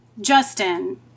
Justin